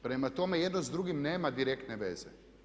Prema tome jedno s drugim nema direktne veze.